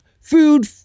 food